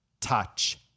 touch